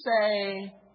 say